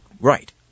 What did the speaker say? right